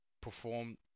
perform